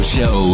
Show